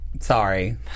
Sorry